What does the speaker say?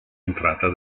entrata